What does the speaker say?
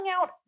out